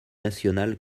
nationale